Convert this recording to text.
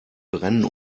brennen